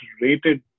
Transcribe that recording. rated